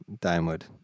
downward